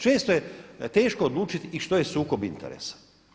Često je teško odlučiti i što je sukob interesa.